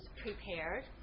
prepared